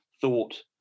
thought